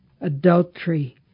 adultery